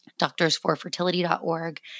Doctorsforfertility.org